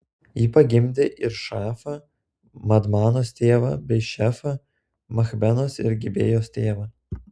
ji pagimdė ir šaafą madmanos tėvą bei ševą machbenos ir gibėjos tėvą